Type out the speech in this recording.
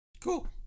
Cool